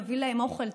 יביא להם אוכל,